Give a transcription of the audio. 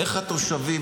איך התושבים,